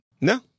No